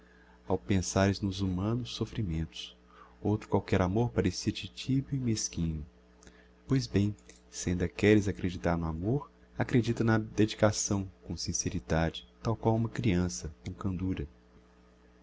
ao pensares nos humanos soffrimentos outro qualquer amor parecia te tibio e mesquinho pois bem se ainda queres acreditar no amor acredita na dedicação com sinceridade tal qual uma creança com candura